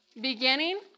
beginning